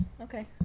Okay